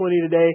today